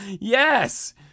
yes